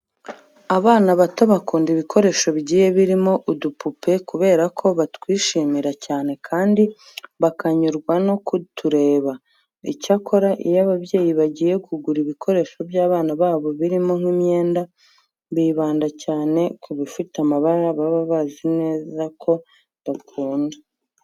Abana bato bakunda ibikoresho bigiye biriho udupupe kubera ko batwishimira cyane kandi bakanyurwa no kutureba. Icyakora iyo ababyeyi bagiye kugura ibikoresho by'abana babo birimo nk'imyenda, bibanda cyane ku bifite amabara baba bazi neza ko bakunda.